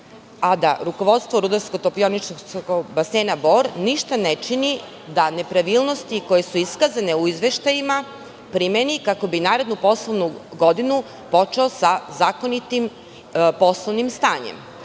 a da rukovodstvo RTB Bor ništa ne čini da nepravilnosti koje su iskazane u izveštajima primeni, kako bi narednu poslovnu godinu počeo sa zakonitim poslovnim stanjem. Ne